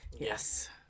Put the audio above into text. Yes